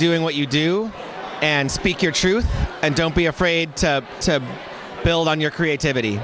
doing what you do and speak your truth and don't be afraid to build on your creativity